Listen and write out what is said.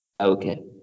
Okay